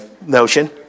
notion